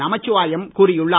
நமச்சிவாயம் கூறியுள்ளார்